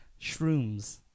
Shrooms